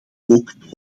ook